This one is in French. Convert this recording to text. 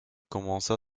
commença